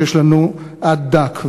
היושב-ראש,